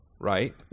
Right